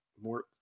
more